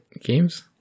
games